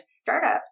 startups